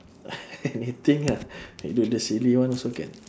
anything lah we do the silly one also can